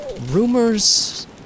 Rumors